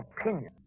opinion